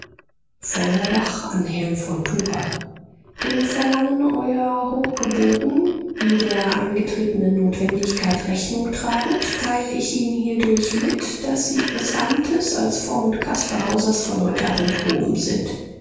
feuerbach an herrn von tucher dem verlangen euer hochgeboren wie der eingetretenen notwendigkeit rechnung tragend teile ich ihnen hierdurch mit daß sie ihres amtes als vormund caspar hausers von heute ab enthoben sind